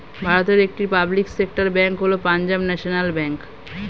ভারতের একটি public sector bank হল পাঞ্জাব ন্যাশনাল ব্যাঙ্ক